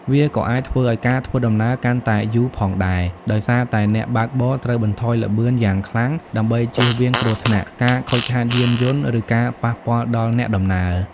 វាក៏អាចធ្វើឱ្យការធ្វើដំណើរកាន់តែយូរផងដែរ ដោយសារតែអ្នកបើកបរត្រូវបន្ថយល្បឿនយ៉ាងខ្លាំងដើម្បីជៀសវាងគ្រោះថ្នាក់ ការខូចខាតយានយន្ត ឬការប៉ះពាល់ដល់អ្នកដំណើរ។